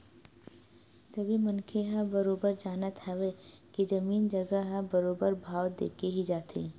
सबे मनखे ह बरोबर जानत हवय के जमीन जघा ह बरोबर भाव देके ही जाथे